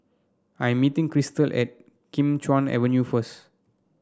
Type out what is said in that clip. I am meeting Crystal at Kim Chuan Avenue first